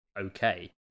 okay